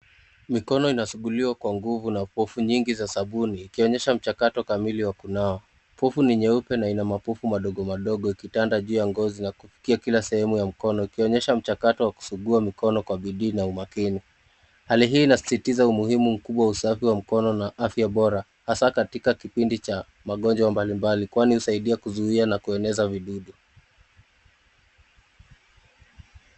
Mikono inasuguliwa kwa nguvu na povu nyingi za sabuni, ikionyesha mchakato kamili wa kunawa. Povu ni nyeupe na ina mapovu madogo madogo ikitanda juu ya ngozi na kufikia kila sehemu ya mkono, ikionyesha mchakato wa kusugua mikono kwa bidii na umakini. Hali hii inasisitiza umuhimu mkubwa wa usafi wa mkono na afya bora, hasa katika kipindi cha magonjwa mbalimbali kwani husaidia kuzuia na kueneza vidudu.